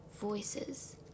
Voices